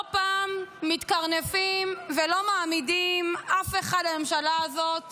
פעם מתקרנפים ולא מעמידים אף אחד מהממשלה הזאת